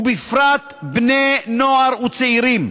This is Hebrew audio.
ובפרט בני נוער וצעירים,